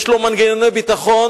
יש לו מנגנוני ביטחון,